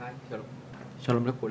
שלום לכולם,